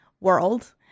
world